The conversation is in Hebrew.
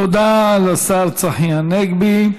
תודה לשר צחי הנגבי.